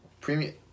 premium